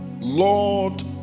Lord